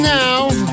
now